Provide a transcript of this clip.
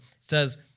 says